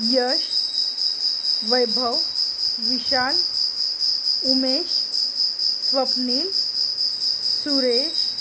Yash Vaibhav Vishal Umesh Swapnil Suresh